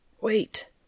Wait